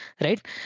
right